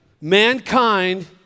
mankind